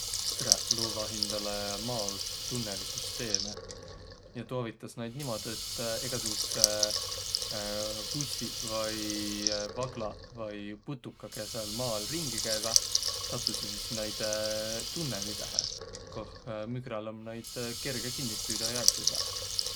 -gräq loovaq hindäle maa-alotsit tunnõlisüsteeme ja tuu avitas näid niimuudu, et egäsugudsõq hussiq vai vaglaq vai putukaq, kiä sääl maa all ringi käüväq, satusõq sis näide tunnõlidõhe, koh mügräl om näid kerge kinniq püüdäq ja ärq süvväq.